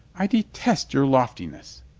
i detest your loftiness!